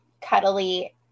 cuddly